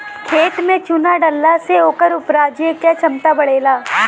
खेत में चुना डलला से ओकर उपराजे क क्षमता बढ़ेला